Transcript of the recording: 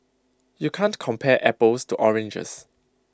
you can't compare apples to oranges